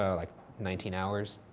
ah like nineteen hours.